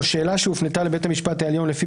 (3) שאלה שהופנתה לבית המשפט העליון לפי